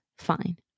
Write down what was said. fine